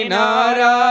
Nara